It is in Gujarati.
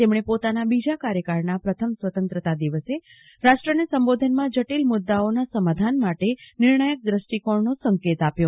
તેમને પોતાના બીજા કાર્યક્રમના પ્રથમ સ્વતંત્રતા દિવસે રાષ્ટ્રને સંબોધનમાં જટિલ મુદ્દાઓના સમાધાન માટે નિર્ણાયક દ્રષ્ટિકોણનો સંકેત આપ્યો